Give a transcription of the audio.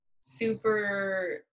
super